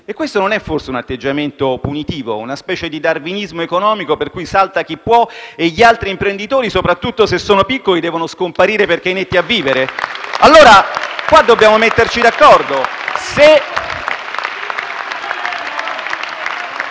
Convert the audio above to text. E questo non è forse un atteggiamento punitivo, una specie di darwinismo economico per cui si salva chi può e gli altri imprenditori, soprattutto se sono piccoli, devono scomparire perché inetti a vivere? *(Applausi dai Gruppi L-SP-PSd'Az e